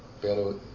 pero